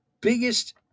biggest